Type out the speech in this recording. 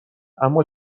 اما